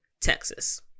Texas